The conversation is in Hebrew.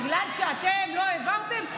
בגלל שאתם לא העברתם?